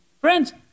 Friends